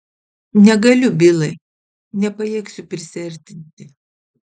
negaliu bilai nepajėgsiu prisiartinti